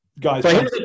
guys